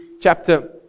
chapter